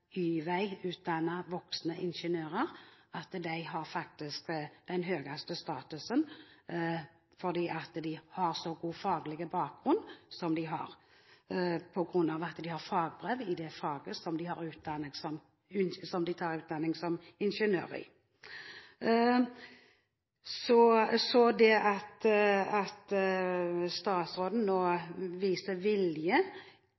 voksne ingeniører, at de faktisk har den høyeste statusen fordi de har så god faglig bakgrunn som de har, på grunn av at de har fagbrev i det faget som de tar utdanning som